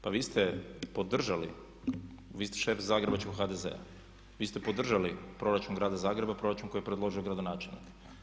Pa vi ste podržali, vi ste šef zagrebačkog HDZ-a, vi ste podržali Proračun grada Zagreba, proračun koji je predložio gradonačelnik.